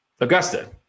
Augusta